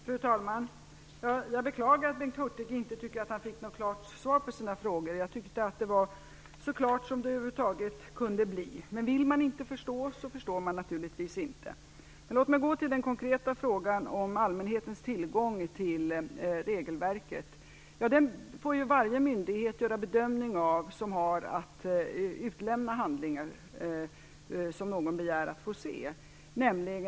Fru talman! Jag beklagar att Bengt Hurtig inte tycker att han fick någon klart svar på sina frågor. Jag tyckte att det var så klart som det över huvud taget kunde bli. Men vill man inte förstå, så förstår man naturligtvis inte. Låt mig gå över till den konkreta frågan om allmänhetens tillgång till regelverket. Det är varje myndighet som har den av någon begärda handlingen som har att göra bedömning av om den handlingen skall utlämnas.